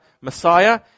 Messiah